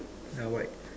uh white